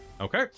Okay